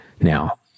Now